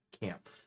camp